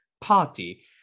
party